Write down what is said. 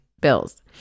bills